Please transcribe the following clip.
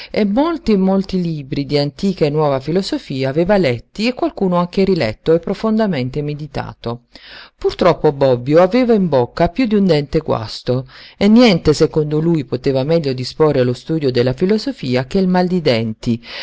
e molti e molti libri d'antica e nuova filosofia aveva letti e qualcuno anche riletto e profondamente meditato purtroppo bobbio aveva in bocca piú d'un dente guasto e niente secondo lui poteva meglio disporre allo studio della filosofia che il mal di denti